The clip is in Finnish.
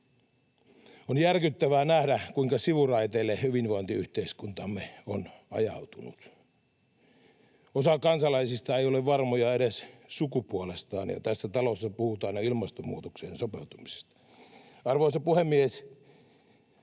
On järkyttävää nähdä, kuinka sivuraiteille hyvinvointiyhteiskuntamme on ajautunut. Osa kansalaisista ei ole varmoja edes sukupuolestaan, ja tässä talossa puhutaan jo ilmastonmuutokseen sopeutumisesta. Arvoisa puhemies!